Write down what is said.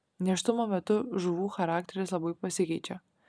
nėštumo metu žuvų charakteris labai pasikeičia